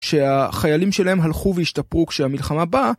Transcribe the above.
שהחיילים שלהם הלכו והשתפרו כשהמלחמה באה.